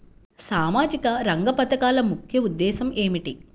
సామాజిక రంగ పథకాల ముఖ్య ఉద్దేశం ఏమిటీ?